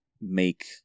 make